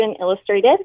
Illustrated